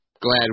glad